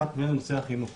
אחת היא נושא החינוך.